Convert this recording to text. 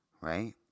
Right